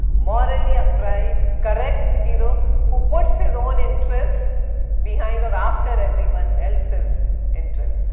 morally upright, correct hero who puts his own interests behind or after everyone else's interests.